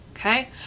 Okay